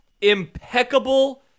impeccable